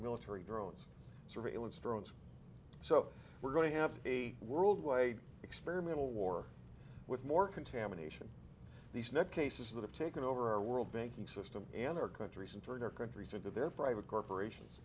military drones surveillance drones so we're going to have a worldwide experimental war with more contamination these neck cases that have taken over our world banking system and our countries and turned our countries into their private corporations